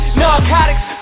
narcotics